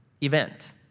event